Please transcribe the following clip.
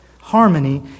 harmony